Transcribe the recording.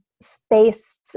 space